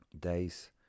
days